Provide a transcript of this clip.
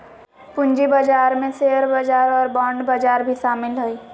पूँजी बजार में शेयर बजार और बांड बजार भी शामिल हइ